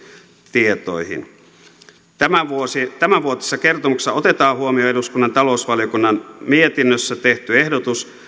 tietoihin tämänvuotisessa kertomuksessa otetaan huomioon eduskunnan talousvaliokunnan mietinnössä tehty ehdotus